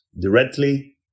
directly